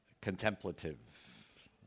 contemplative